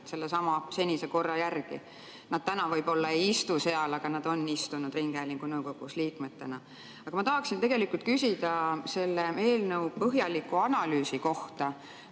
sellesama senise korra järgi. Nad enam võib-olla ei istu seal, aga nad on istunud ringhäälingu nõukogus liikmetena. Aga ma tahaksin küsida selle eelnõu põhjaliku analüüsi kohta,